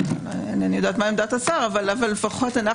אינני יודעת מה עמדת השר אבל לפחות אנחנו